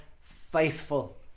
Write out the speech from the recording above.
faithful